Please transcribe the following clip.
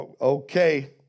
okay